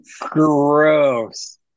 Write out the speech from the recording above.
Gross